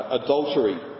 adultery